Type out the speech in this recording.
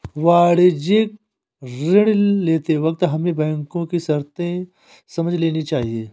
वाणिज्यिक ऋण लेते वक्त हमें बैंको की शर्तें समझ लेनी चाहिए